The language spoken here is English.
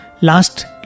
last